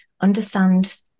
understand